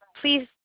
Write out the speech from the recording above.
please